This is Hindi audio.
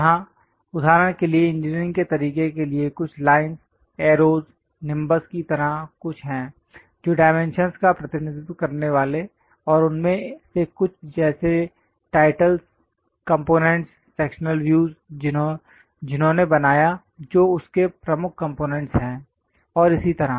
यहाँ उदाहरण के लिए इंजीनियरिंग के तरीके के लिए कुछ लाइनस् एरोस् निंबस की तरह कुछ हैं जो डायमेंशनस् का प्रतिनिधित्व करने वाले और उनमें से कुछ जैसे टाइटलस् कंपोनेंटस् सेक्शनल व्यूज़ जिन्होंने बनाया जो उस के प्रमुख कंपोनेंटस् हैं और इसी तरह